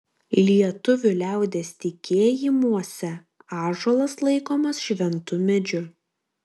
lietuvių liaudies tikėjimuose ąžuolas laikomas šventu medžiu